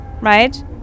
right